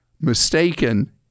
mistaken